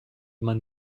man